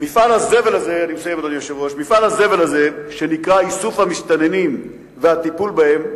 מפעל הזבל הזה, שנקרא איסוף המסתננים והטיפול בהם,